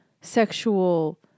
sexual